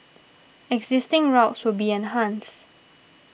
existing routes will be enhanced